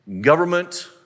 government